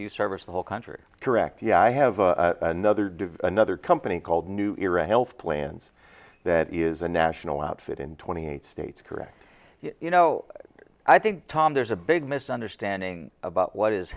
your service the whole country correct yeah i have a another another company called new era health plans that is a national outfit in twenty eight states correct you know i think tom there's a big misunderstanding about what is